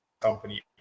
company